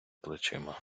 плечима